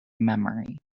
memory